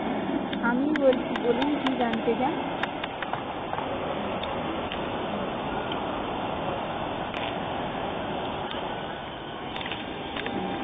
হ্যাঁ আমিই বলছি বলুন কী জানতে চান হ্যাঁ হ্যাঁ হ্যাঁ